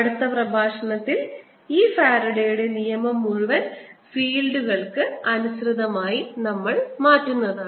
അടുത്ത പ്രഭാഷണത്തിൽ ഈ ഫാരഡെയുടെ നിയമം മുഴുവൻ ഫീൽഡുകൾക്ക് അനുസൃതമായി നമ്മൾ മാറ്റും